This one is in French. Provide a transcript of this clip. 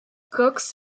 cox